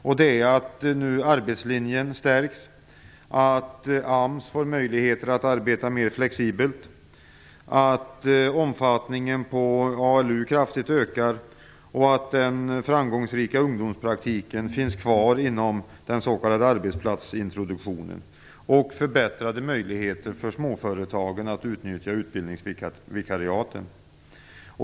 Dessa är att arbetslinjen stärks, att AMS får möjligheter att arbeta mer flexibelt, att omfattningen av ALU kraftigt ökar, att den framgångsrika ungdomspraktiken finns kvar inom den s.k. arbetsplatsintroduktionen och att det införs förbättrade möjligheter för småföretagen att utnyttja utbildningsvikariaten.